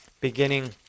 beginning